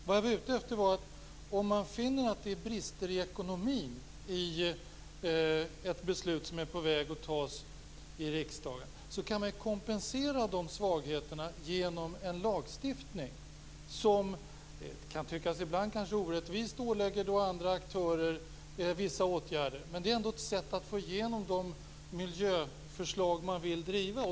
Vad jag var ute efter var att om man finner att det är brister i ekonomin i ett beslut som är på väg att fattas i riksdagen kan man kompensera de svagheterna genom en lagstiftning som - det kan tyckas orättvist - ålägger andra aktörer vissa åtgärder. Men det är ändå ett sätt att få igenom de miljöförslag man vill driva.